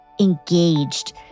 engaged